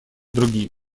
другие